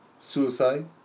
Suicide